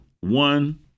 one